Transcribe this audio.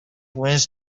wins